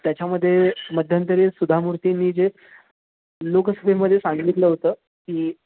त्याच्यामध्ये मध्यंतरी सुधा मूर्तींनी जे लोकसभेमध्ये सांगितलं होतं की